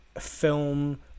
film